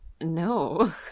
no